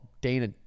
Dana